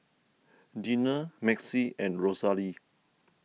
Dina Maxie and Rosalie